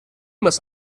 must